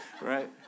right